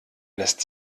lässt